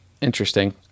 interesting